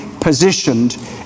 positioned